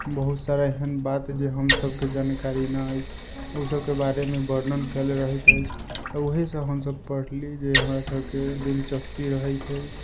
बहुत सारा एहन बात जे हमसबके जानकारी नहि अछि ओ सबके बारेमे वर्णन कएले रहैत अछि वएहसब हमसब पढ़ली जे हमरा सबके दिलचस्पी रहैत अछि